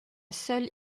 seule